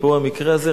ובמקרה הזה,